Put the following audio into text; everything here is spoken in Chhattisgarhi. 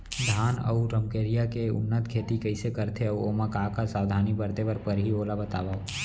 धान अऊ रमकेरिया के उन्नत खेती कइसे करथे अऊ ओमा का का सावधानी बरते बर परहि ओला बतावव?